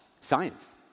science